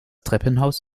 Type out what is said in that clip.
treppenhaus